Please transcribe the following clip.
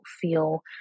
feel